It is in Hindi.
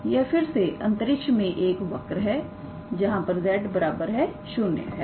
तो यह फिर से अंतरिक्ष में एक वर्क है जहां पर z0 है